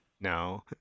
no